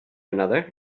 another